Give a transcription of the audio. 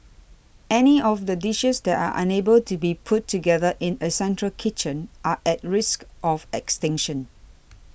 any of the dishes that are unable to be put together in a central kitchen are at risk of extinction